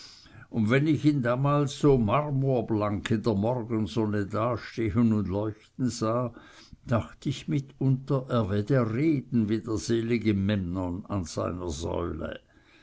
und wenn ich ihn damals so marmorblank in der morgensonne dastehen und leuchten sah dacht ich mitunter er werde reden wie der selige memnon aus seiner säule